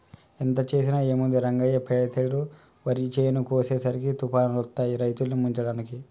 ఎంత చేసినా ఏముంది రంగయ్య పెతేడు వరి చేను కోసేసరికి తుఫానులొత్తాయి రైతుల్ని ముంచడానికి